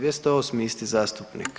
208. isti zastupnik.